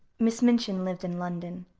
miss minchin lived in london.